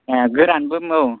ए गोरानबो औ